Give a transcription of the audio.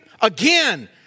again